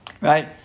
right